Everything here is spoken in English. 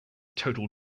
total